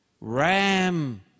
ram